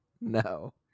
No